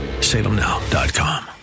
salemnow.com